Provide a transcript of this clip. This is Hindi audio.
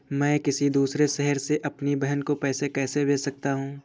मैं किसी दूसरे शहर से अपनी बहन को पैसे कैसे भेज सकता हूँ?